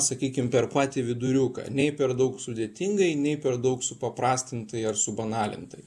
sakykim per patį viduriuką nei per daug sudėtingai nei per daug supaprastintai ar subanalintai